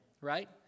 right